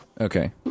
Okay